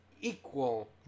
equal